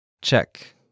check